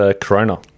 Corona